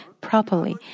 properly